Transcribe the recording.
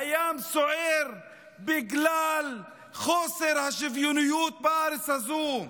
הים סוער בגלל חוסר השוויוניות בארץ הזו,